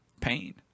Pain